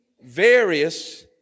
various